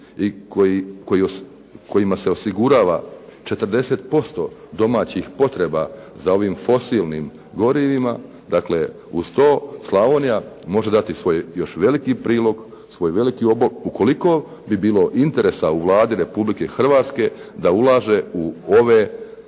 i kojima se osigurava 40% domaćih potreba za ovim fosilnim gorivima. Dakle, uz to Slavonija može dati svoj veliki prilog, svoj veliki .../Govornik se ne razumije./ ... Ukoliko bi bilo interesa u Vladi Republike Hrvatske da ulaže u ove